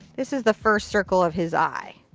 this is the first circle of his eye.